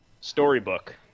Storybook